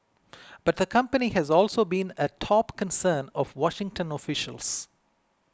but the company has also been a top concern of Washington officials